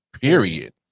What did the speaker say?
period